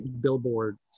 billboards